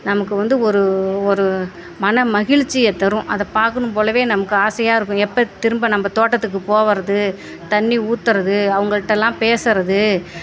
நமக்கு வந்து ஒரு ஒரு மன மகிழ்ச்சியை தரும் அதை பார்க்கணும் போலவே நமக்கு ஆசையாக இருக்கும் எப்போ திரும்ப நம்ம தோட்டத்துக்கு போவறது தண்ணி ஊற்றுறது அவங்களகிட்ட எல்லாம் பேசுகிறது